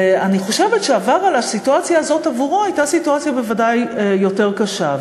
ואני חושבת שהסיטואציה הזאת עבורו הייתה סיטואציה בוודאי יותר קשה.